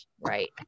right